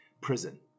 prison